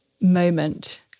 moment